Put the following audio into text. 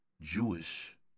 Jewish